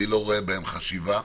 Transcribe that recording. אני לא רואה בהן חשיבה.